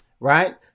Right